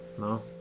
No